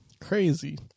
Crazy